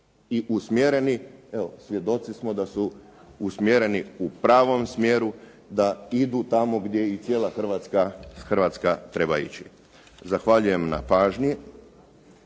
i usmjereni. Evo svjedoci smo da su usmjereni u pravom smjeru, da idu tamo gdje i cijela Hrvatska treba ići. Zahvaljujem na pažnji.